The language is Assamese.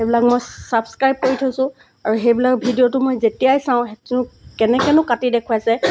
সেইবিলাক মই ছাবস্ক্ৰাইব কৰি থৈছোঁ আৰু সেইবিলাক ভিডিঅ'টো মই যেতিয়াই চাওঁ সেইটো কেনেকেনো কাটি দেখুৱাইছে